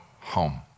home